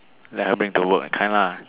then I bring to work that kind lah